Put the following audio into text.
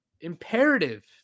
imperative